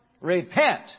Repent